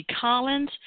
Collins